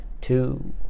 two